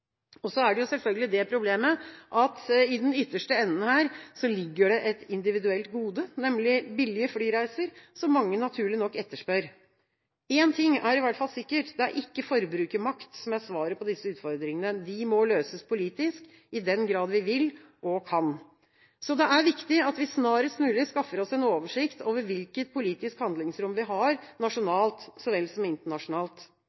Så er det selvfølgelig det problemet at i den ytterste enden ligger det et individuelt gode, nemlig billige flyreiser, som mange naturlig nok etterspør. Én ting er i hvert fall sikkert: Det er ikke forbrukermakt som er svaret på disse utfordringene. De må løses politisk, i den grad vi vil og kan. Det er viktig at vi snarest mulig skaffer oss en oversikt over hvilket politisk handlingsrom vi har